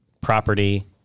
property